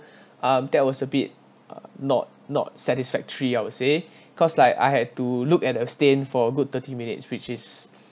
um that was a bit uh not not satisfactory I would say cause like I had to look at the stain for a good thirty minutes which is